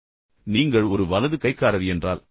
எனவே நான் சொன்னது போல் நீங்கள் ஒரு வலது கைக்காரர் என்றால்